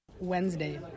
Wednesday